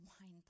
wine